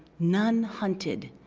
none hunted,